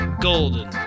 golden